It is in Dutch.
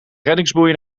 reddingsboei